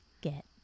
get